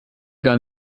gar